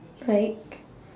like